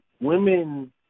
women